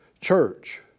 church